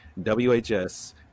WHS